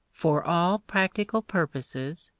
for all practical purposes,